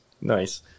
Nice